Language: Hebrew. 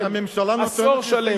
עשור שלם,